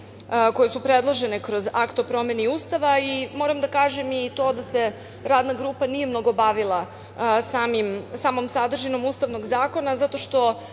koje su predložene kroz Akt o promeni Ustava. Moram da kažem i to da se Radna grupa nije mnogo bavila samom sadržinom Ustavnog zakona zato što